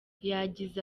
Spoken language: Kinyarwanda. yagize